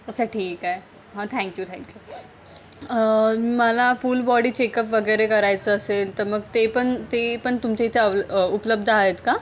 अच्छा ठीक आहे हां थँक्यू थँक्यू मला फुल बॉडी चेकअप वगैरे करायचं असेल तर मग ते पण ते पण तुमच्या इथे अव उपलब्ध आहेत का